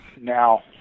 Now